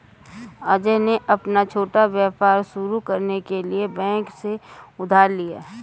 अजय ने अपना छोटा व्यापार शुरू करने के लिए बैंक से उधार लिया